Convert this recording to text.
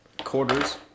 quarters